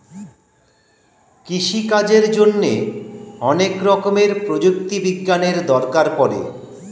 কৃষিকাজের জন্যে অনেক রকমের প্রযুক্তি বিজ্ঞানের দরকার পড়ে